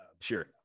sure